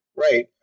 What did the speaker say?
Right